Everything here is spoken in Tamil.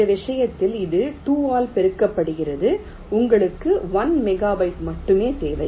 இந்த விஷயத்தில் இது 2 ஆல் பெருக்கப்படுகிறது உங்களுக்கு 1 மெகாபைட் மட்டுமே தேவை